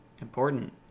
important